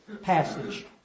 passage